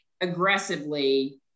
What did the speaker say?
aggressively